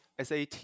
SAT